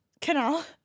Canal